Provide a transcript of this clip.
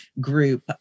group